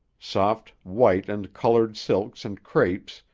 soft white and colored silks and crepes,